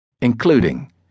including